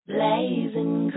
Blazing